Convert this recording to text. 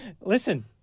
Listen